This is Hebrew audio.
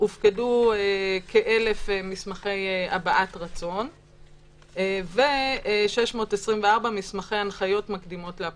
הופקדו כ-1,000 מסמכי הבעת רצון ו-624 מסמכי הנחיות מקדימות לאפוטרופוס.